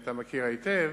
שאתה מכיר היטב,